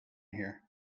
here